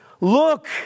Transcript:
Look